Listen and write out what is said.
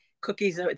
cookies